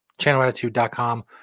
channelattitude.com